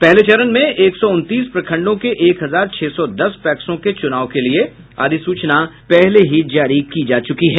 पहले चरण में एक सौ उनतीस प्रखंडों के एक हजार छह सौ दस पैक्सों के चुनाव के लिए अधिसूचना पहले ही जारी हो चुकी है